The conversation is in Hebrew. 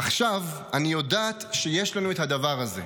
עכשיו אני יודעת שיש לנו את הדבר הזה,